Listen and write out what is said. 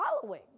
following